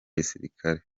gisilikare